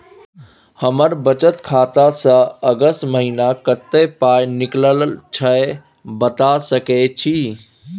हमर बचत खाता स अगस्त महीना कत्ते पाई निकलल छै बता सके छि?